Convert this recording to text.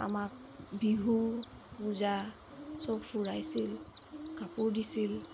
আমাক বিহু পূজা চব ফুৰাইছিল কাপোৰ দিছিল